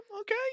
okay